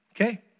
Okay